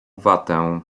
watę